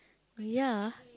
ya